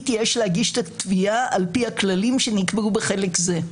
יש להגיש את התביעה על פי הכללים שנקבעו בחלק זה.